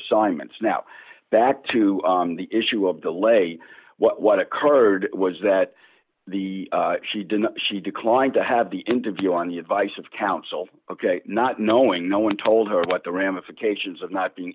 assignments now back to the issue of delay what occurred was that the she didn't she declined to have the interview on the advice of counsel not knowing no one told her what the ramifications of not being